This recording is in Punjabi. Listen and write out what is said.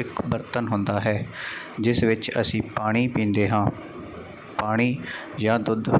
ਇੱਕ ਬਰਤਨ ਹੁੰਦਾ ਹੈ ਜਿਸ ਵਿੱਚ ਅਸੀਂ ਪਾਣੀ ਪੀਂਦੇ ਹਾਂ ਪਾਣੀ ਜਾਂ ਦੁੱਧ